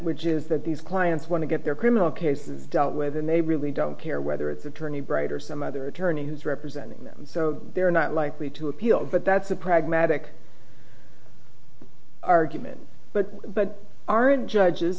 which is that these clients want to get their criminal cases dealt with and they really don't care whether it's attorney bright or some other attorney who's representing them so they're not likely to appeal but that's a pragmatic argument but but aren't judges